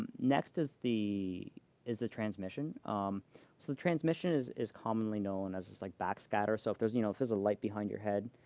next is the is the transmission rollout. um so the transmission is is commonly known as just, like, back scatter. so if there's you know if there's a light behind your head,